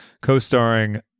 co-starring